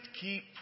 keep